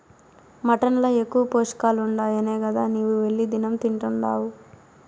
mutton ల ఎక్కువ పోషకాలుండాయనే గదా నీవు వెళ్లి దినం తింటున్డావు